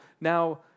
now